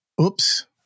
oops